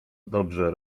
dobrze